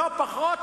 לא פחות